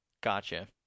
Gotcha